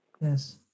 Yes